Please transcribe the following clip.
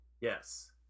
Yes